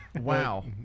Wow